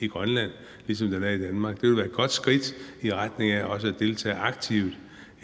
i Grønland, ligesom den er i Danmark. Det ville være et godt skridt i retning af også at deltage aktivt